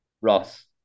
Ross